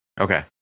Okay